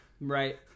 Right